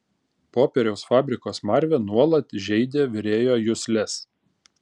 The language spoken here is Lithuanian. popieriaus fabriko smarvė nuolat žeidė virėjo jusles